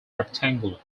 rectangular